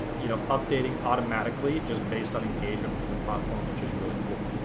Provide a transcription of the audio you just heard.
you know, updating automatically just based on engagement within the platform, which is really cool.